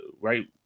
right –